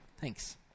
thanks